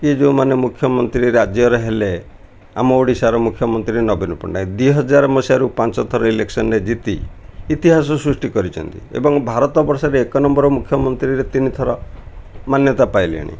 କି ଯେଉଁମାନେ ମୁଖ୍ୟମନ୍ତ୍ରୀ ରାଜ୍ୟର ହେଲେ ଆମ ଓଡ଼ିଶାର ମୁଖ୍ୟମନ୍ତ୍ରୀ ନବୀନ ପଟ୍ଟନାୟକ ଦୁଇ ହଜାର ମସିହାରୁ ପାଞ୍ଚଥର ଇଲେକ୍ସନରେ ଜିତି ଇତିହାସ ସୃଷ୍ଟି କରିଛନ୍ତି ଏବଂ ଭାରତ ବର୍ଷରେ ଏକ ନମ୍ବର ମୁଖ୍ୟମନ୍ତ୍ରୀରେ ତିନିଥର ମାନ୍ୟତା ପାଇଲେଣି